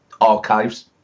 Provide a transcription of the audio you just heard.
archives